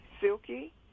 Silky